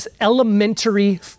elementary